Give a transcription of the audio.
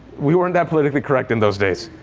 we weren't that politically correct in those days.